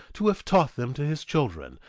to have taught them to his children,